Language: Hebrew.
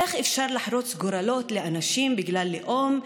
איך אפשר לחרוץ גורלות של אנשים בגלל לאום,